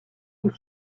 est